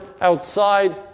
outside